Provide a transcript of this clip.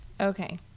Okay